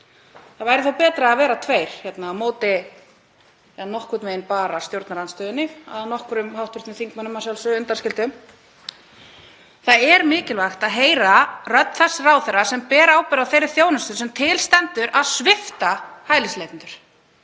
Það væri þá betra að vera tveir á móti nokkurn veginn bara stjórnarandstöðunni, að nokkrum hv. þingmönnum undanskildum. Það er mikilvægt að heyra rödd þess ráðherra sem ber ábyrgð á þeirri þjónustu sem til stendur að svipta hælisleitendur.